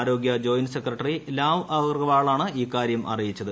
ആരോഗ്യ joint secretary Lav അഗർവാളാണ് ഇക്കാര്യം അറിയിച്ചത്